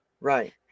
right